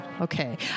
Okay